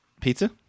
pizza